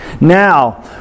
now